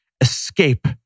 escape